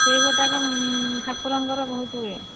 ସେଇ ଗୋଟିକ ଠାକୁରଙ୍କ ବହୁତ ଇଏ